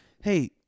Hey